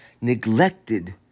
neglected